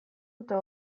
eta